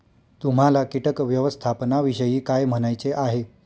तुम्हाला किटक व्यवस्थापनाविषयी काय म्हणायचे आहे?